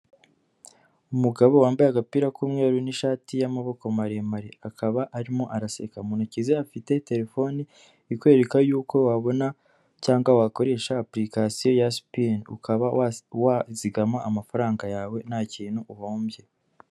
Umugabo wambaye agapira k'umweru n'ishati y'amaboko maremare akaba arimo araseka, mu ntoki ze afite telefone ikwereka yuko wabona cyangwa wakoresha apurikasiyo ya sipini, ukaba wazigama amafaranga yawe nta kintu uhombye.